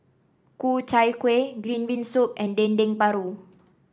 Ku Chai Kuih Green Bean Soup and Dendeng Paru